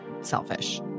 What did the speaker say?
selfish